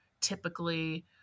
typically